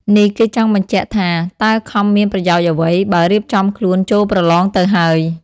នេះគេចង់បញ្ជាក់ថាតើខំមានប្រយោជន៍អ្វី បើរៀបចំខ្លួនចូលប្រលងទៅហើយ ។